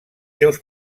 seus